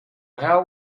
how